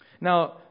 Now